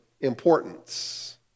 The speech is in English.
importance